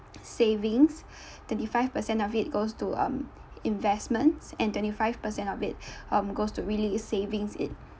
savings thirty five percent of it goes to um investments and twenty five percent of it um goes to really savings it